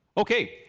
okay.